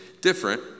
different